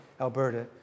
Alberta